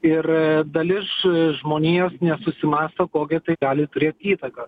ir dalis žmonijos nesusimąsto kokią tai gali turėt įtaką